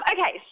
Okay